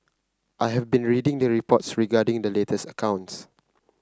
I have been reading the reports regarding the latest accounts